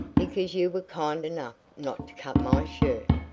because you were kind enough not to cut my shirt.